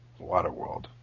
Waterworld